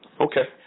Okay